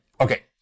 Okay